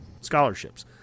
scholarships